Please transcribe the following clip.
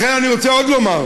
לכן אני רוצה עוד לומר,